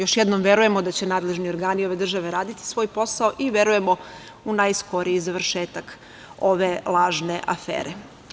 Još jednom, verujemo da će nadležni organi ove države raditi svoj posao i verujemo u najskoriji završetak ove lažne afere.